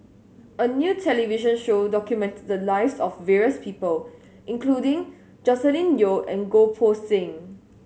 a new television show documented the lives of various people including Joscelin Yeo and Goh Poh Seng